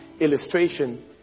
illustration